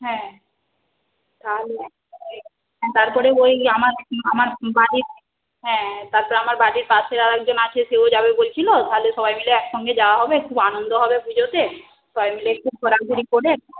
হ্যাঁ তাহলে ঠিক তারপরে ওই আমার আমার বাড়ির হ্যাঁ তারপরে আমার বাড়ির পাশে আরেকজন আছে সেও যাবে বলছিল তাহলে সবাই মিলে একসঙ্গে যাওয়া হবে খুব আনন্দ হবে পুজোতে সবাই মিলে একটু ঘোরাঘুরি করে